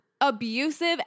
abusive